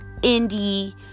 indie